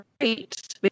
great